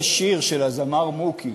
יש שיר של הזמר מוקי.